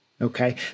okay